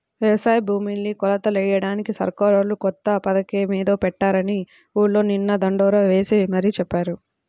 యవసాయ భూముల్ని కొలతలెయ్యడానికి సర్కారోళ్ళు కొత్త పథకమేదో పెట్టారని ఊర్లో నిన్న దండోరా యేసి మరీ చెప్పారు